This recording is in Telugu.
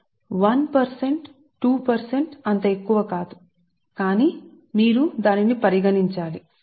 కానీ 1 శాతం 2 శాతం అంత ఎక్కువ కాదు కానీ మీరు పరిగణించాలి